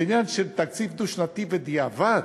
זה עניין של תקציב דו-שנתי בדיעבד,